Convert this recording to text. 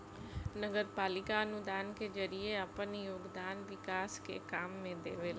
नगरपालिका अनुदान के जरिए आपन योगदान विकास के काम में देवेले